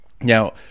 Now